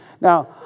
Now